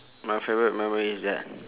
my favourite memory is that